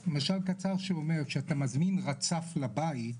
יש משל קצר שאומר - כשאתה מזמין רצף לבית,